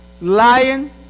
Lion